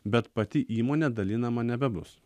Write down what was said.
bet pati įmonė dalinama nebebus